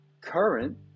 current